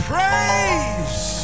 Praise